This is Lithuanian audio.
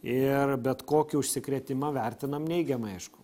ir bet kokį užsikrėtimą vertinam neigiamai aišku